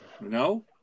No